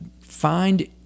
Find